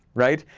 right?